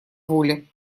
воле